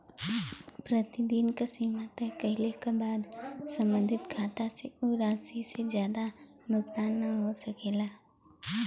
प्रतिदिन क सीमा तय कइले क बाद सम्बंधित खाता से उ राशि से जादा भुगतान न हो सकला